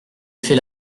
fait